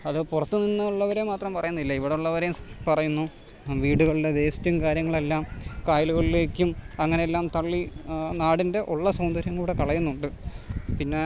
അത് പുറത്തു നിന്നുള്ളവരെ മാത്രം പറയുന്നില്ല ഇവിടുള്ളവരെയും പറയുന്നു വീടുകളിലെ വേയ്സ്റ്റും കാര്യങ്ങളെല്ലാം കായലുകളഇലേക്കും അങ്ങനെല്ലാം തള്ളി നാടിൻ്റെ ഉള്ള സൗന്ദര്യങ്കൂടെ കളയുന്നുണ്ട് പിന്നേ